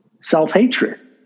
self-hatred